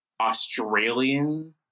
Australian